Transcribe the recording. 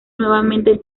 nuevamente